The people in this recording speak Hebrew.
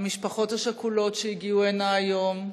המשפחות השכולות שהגיעו הנה היום,